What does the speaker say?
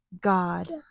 god